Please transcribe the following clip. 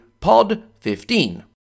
POD15